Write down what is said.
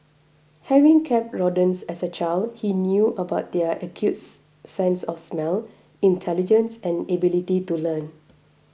having kept rodents as a child he knew about their acute sense of smell intelligence and ability to learn